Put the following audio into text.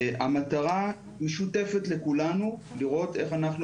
המטרה משותפת לכולנו והיא לראות איך אנחנו